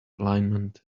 alignment